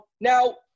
Now